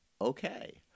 okay